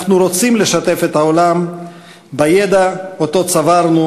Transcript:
אנחנו רוצים לשתף את העולם בידע שצברנו